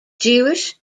jewish